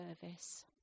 service